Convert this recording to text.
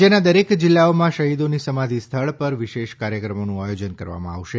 રાજયના દરેક જીલ્લાઓમાં શહીદોની સમાધિ સ્થળ પર વિશેષ કાર્યક્રમોનું આયોજન કરવામાં આવશે